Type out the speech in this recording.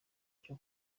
cyo